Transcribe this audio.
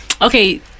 okay